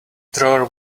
drawer